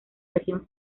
región